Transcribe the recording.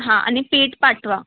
हां आणि पीठ पाठवा